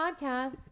Podcast